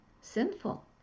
sinful